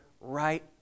right